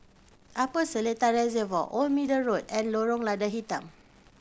Upper Seletar Reservoir Old Middle Road and Lorong Lada Hitam